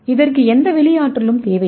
இதற்கு எந்த வெளி ஆற்றலும் தேவையில்லை